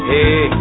Hey